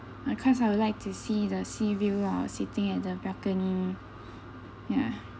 ah cause I would like to see the sea view or sitting at the balcony yeah